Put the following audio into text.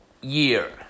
year